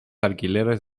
alquileres